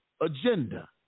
agenda